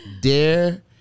Dare